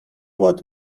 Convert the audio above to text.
what